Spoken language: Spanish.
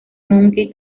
monkey